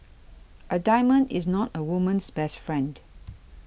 a diamond is not a woman's best friend